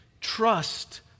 trust